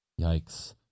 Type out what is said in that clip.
Yikes